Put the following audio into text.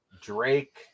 Drake